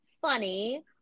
funny